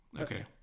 Okay